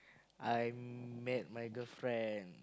I met my girlfriend